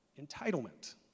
entitlement